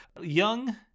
young